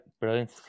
Brilliant